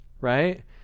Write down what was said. Right